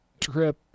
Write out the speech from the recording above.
trip